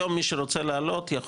מי שרוצה לעלות היום,